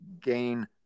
gain